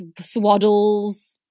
swaddles